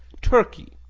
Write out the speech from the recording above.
turkey,